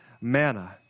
manna